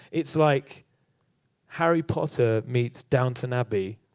it's like harry potter meets downton abbey.